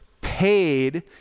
paid